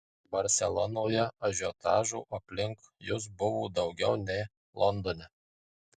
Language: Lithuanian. barselonoje ažiotažo aplink jus buvo daugiau nei londone